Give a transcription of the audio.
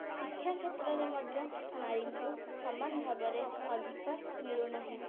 ଶିକ୍ଷା କ୍ଷେତ୍ରରେ ମଧ୍ୟ ନାରୀଙ୍କୁ ସମାନ ଅଧିକାର ମିଳୁନାହିଁ